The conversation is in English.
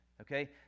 Okay